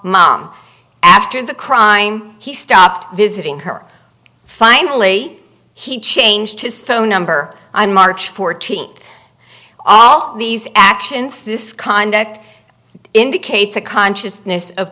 mom after the crime he stopped visiting her finally he changed his phone number on march fourteenth all of these actions this conduct indicates a consciousness of